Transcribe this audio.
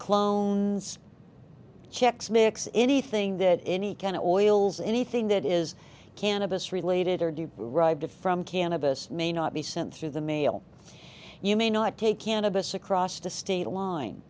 clones chex mix anything that any kind of oils anything that is cannabis related or do rived from cannabis may not be sent through the mail you may not take cannabis across the state line